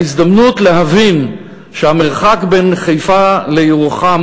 ההזדמנות להבין שהמרחק בין חיפה לירוחם